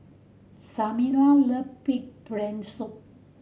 Samira love pig brain soup